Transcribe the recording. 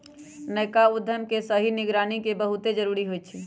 नयका उद्यम के सही निगरानी के बहुते जरूरी होइ छइ